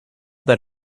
that